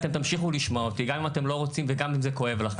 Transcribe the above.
אתם תמשיכו לשמוע אותי גם אם אתם לא רוצים וגם אם זה כואב לכם.